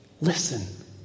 Listen